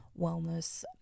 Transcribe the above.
wellness